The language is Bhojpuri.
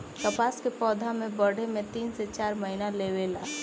कपास के पौधा बढ़े में तीन से चार महीना लेवे ला